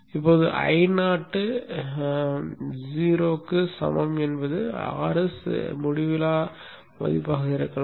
இப்போது I 0 க்கு சமம் என்பது Rs முடிவிலா மதிப்பாக இருக்கலாம்